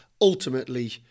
ultimately